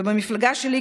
ובמפלגה שלי,